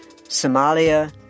Somalia